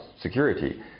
security